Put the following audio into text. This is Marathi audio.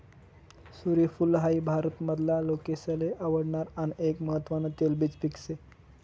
सूर्यफूल हाई भारत मधला लोकेसले आवडणार आन एक महत्वान तेलबिज पिक से